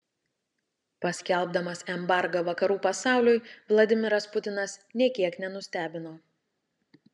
paskelbdamas embargą vakarų pasauliui vladimiras putinas nė kiek nenustebino